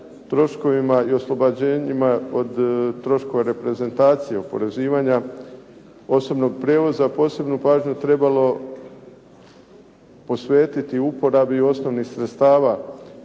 troškovima i oslobođenjima od troškova reprezentacije oporezivanja osobnog prijevoza posebnu pažnju trebalo posvetiti uporabi osnovnih sredstava